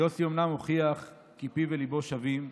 יוסי אומנם הוכיח כי פיו וליבו שווים.